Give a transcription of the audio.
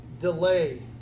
delay